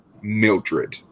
Mildred